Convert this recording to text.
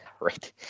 Right